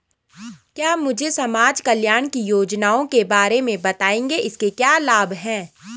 क्या मुझे समाज कल्याण की योजनाओं के बारे में बताएँगे इसके क्या लाभ हैं?